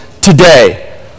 today